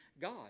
God